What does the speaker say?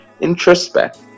introspect